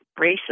racist